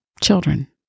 Children